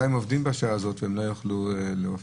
הם עובדים בשעה הזאת והם לא יכלו להופיע.